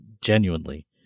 genuinely